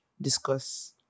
discuss